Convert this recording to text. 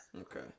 Okay